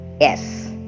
yes